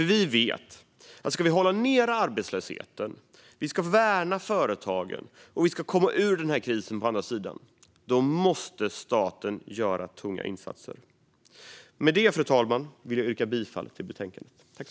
Vi vet att ska vi hålla nere arbetslösheten, värna företagen och komma ur den här krisen på andra sidan måste staten göra tunga insatser. Med det, fru talman, vill jag yrka bifall till förslaget i betänkandet.